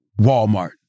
Walmart